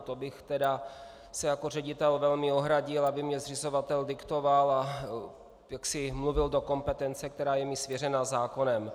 To bych tedy se jako ředitel velmi ohradil, aby mi zřizovatel diktoval a jaksi mluvil do kompetence, která je mi svěřena zákonem.